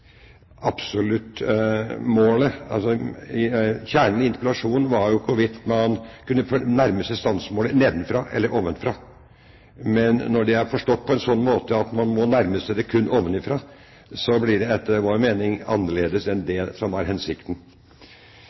kjernen i interpellasjonen, var jo det hvorvidt man kunne nærme seg bestandsmålet nedenfra eller ovenfra. Men når det er forstått på en slik måte at man må nærme seg det kun ovenfra, blir det etter vår mening annerledes enn det som var hensikten.